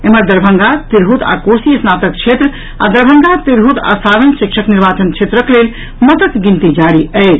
एम्हर दरभंगा तिरहुत आ कोसी स्नातक क्षेत्र आ दरभंगा तिरहुत आ सारण शिक्षक निर्वाचन क्षेत्रक लेल मतक गिनती जारी अछि